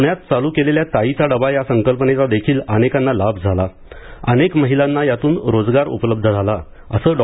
पुण्यात चालू केलेल्या ताईचा डबा या संकल्पनेचा देखील अनेकांना लाभ झाला अनेक महिलांना यातून रोजगार उपलब्ध झाला असं डॉ